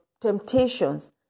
temptations